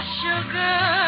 sugar